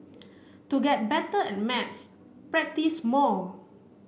to get better at maths practise more